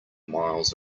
miles